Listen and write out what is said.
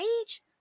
age